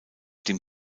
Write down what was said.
dem